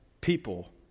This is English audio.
people